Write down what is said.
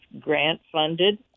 grant-funded